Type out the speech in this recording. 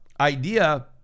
idea